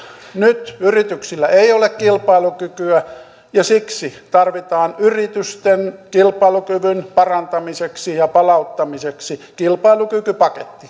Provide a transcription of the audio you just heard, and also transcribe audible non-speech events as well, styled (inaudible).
nyt yrityksillä ei ole kilpailukykyä ja siksi yritysten kilpailukyvyn parantamiseksi ja palauttamiseksi tarvitaan kilpailukykypaketti (unintelligible)